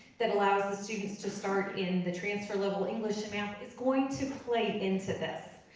that allows the students to start in the transfer-level english and math is going to play into this,